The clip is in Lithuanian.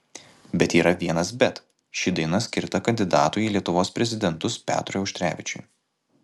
bet yra vienas bet ši daina skirta kandidatui į lietuvos prezidentus petrui auštrevičiui